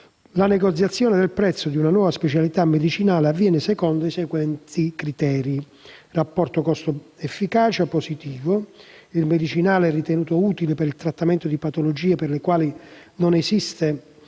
la negoziazione del prezzo di una nuova specialità medicinale avviene secondo i seguenti criteri: rapporto costo/efficacia positivo: il medicinale è ritenuto utile per il trattamento di patologie per le quali non esiste